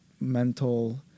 mental